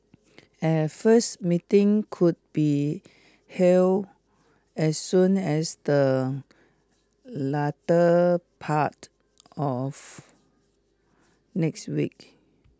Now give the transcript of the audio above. a first meeting could be held as soon as the latter part of next week